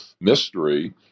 mystery